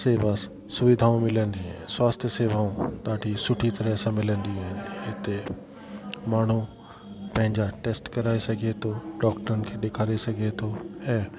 शेवा सुविधाऊं मिलनि ऐं स्वास्थ सेवाऊं ॾाढी सुठी तरह सां मिलंदियूं आहिनि हिते माण्हू पंहिंजा टैस्ट कराए सघे थो डॉक्टरनि खे ॾेखारे सघे थो ऐं